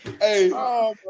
Hey